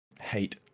Hate